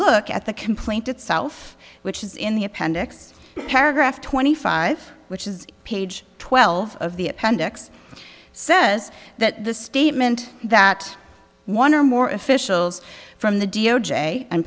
look at the complaint itself which is in the appendix paragraph twenty five which is page twelve of the appendix says that the statement that one or more officials from the d o j and